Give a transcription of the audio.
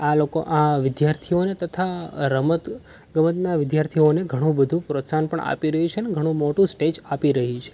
આ લોકો આ વિદ્યાર્થીઓને તથા રમત ગમતનાં વિદ્યાર્થીઓને ઘણું બધું પ્રોત્સાહન પણ આપી રહ્યું છે ને ઘણું મોટું સ્ટેજ આપી રહી છે